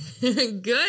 Good